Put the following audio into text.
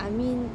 I mean